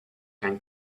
can